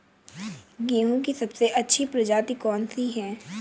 गेहूँ की सबसे अच्छी प्रजाति कौन सी है?